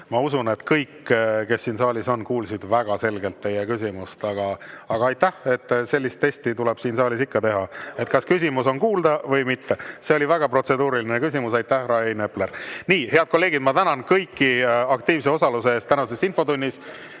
Ma usun, et kõik, kes siin saalis on, kuulsid väga selgelt teie küsimust. Aga aitäh, sellist testi tuleb siin saalis ikka teha, et kas küsimus on kuulda või mitte. See oli väga protseduuriline küsimus. Aitäh, härra Rain Epler! Nii, head kolleegid, ma tänan kõiki aktiivse osaluse eest tänases infotunnis,